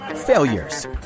failures